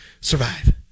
survive